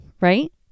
right